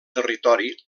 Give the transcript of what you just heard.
territori